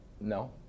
no